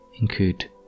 include